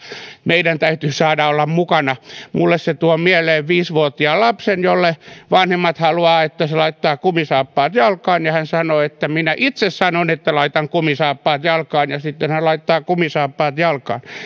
meidän täytyy saada olla mukana minulle se tuo mieleen viisi vuotiaan lapsen jonka vanhemmat haluavat että hän laittaa kumisaappaat jalkaansa ja hän sanoo että minä itse sanon että laitan kumisaappaat jalkaani ja sitten hän laittaa kumisaappaat jalkaansa